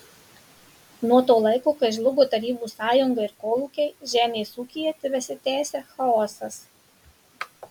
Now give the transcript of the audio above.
nuo to laiko kai žlugo tarybų sąjunga ir kolūkiai žemės ūkyje tebesitęsia chaosas